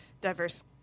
diverse